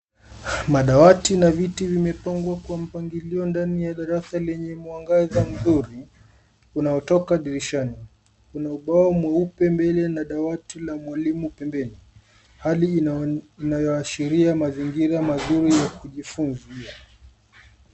Madawati na viti vimepangwa kwa mpangilio ndani ya darasa lenye mwangaza nzuri unaotoka dirishani. Kuna ubao mweupe mbele na dawati la mwalimu pembeni, hali inayoashiria mazingira mazuri ya kujifunzia.